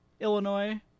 Illinois